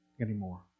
anymore